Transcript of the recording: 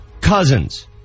Cousins